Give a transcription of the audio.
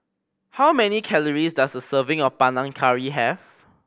how many calories does a serving of Panang Curry have